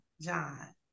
John